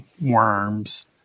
worms